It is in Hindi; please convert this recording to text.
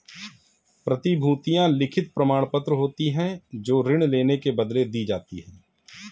प्रतिभूतियां लिखित प्रमाणपत्र होती हैं जो ऋण लेने के बदले दी जाती है